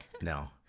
No